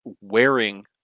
wearing